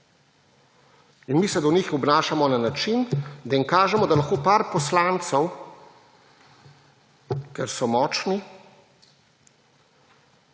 In mi se do njih obnašamo na način, da jim kažemo, da lahko par poslancev, ker so močni,